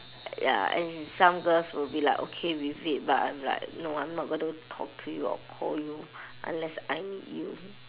ya and some girls will be like okay with it but I'm like no I'm not going to talk to you or call you unless I need you